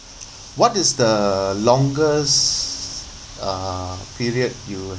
what is the longest uh period you